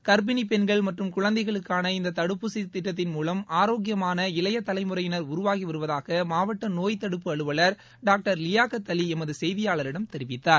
கர்ப்பிணி பெண்கள் மற்றும் குழந்தைகளுக்கான இந்த தடுப்பூசித் திட்டத்தின் மூலம் ஆரோக்கியமான இளைய தலைமுறையினர் உருவாகி வருவாதாக மாவட்ட நோய் தடுப்பு அலுவலர் டாக்டர் லியாக்த் அலி எமது செய்தியாளரிடம் தெரிவித்தார்